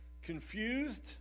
Confused